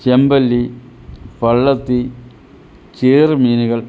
ചെമ്പല്ലി പള്ളത്തി ചേറു മീനുകൾ